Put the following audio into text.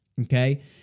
Okay